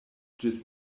ĝis